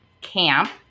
camp